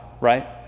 right